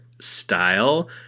style